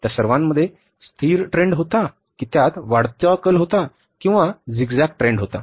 त्या सर्वांमध्ये स्थिर ट्रेंड होता की त्यात वाढती कल होता किंवा झिगझॅग ट्रेंड होता